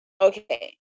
Okay